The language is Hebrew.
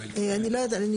אני לא יודעת.